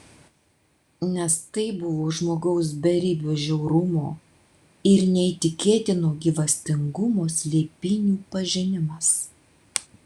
nes tai buvo žmogaus beribio žiaurumo ir neįtikėtino gyvastingumo slėpinių pažinimas